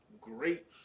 great